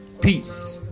peace